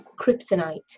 kryptonite